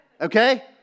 Okay